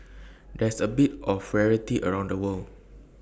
that's A bit of rarity around the world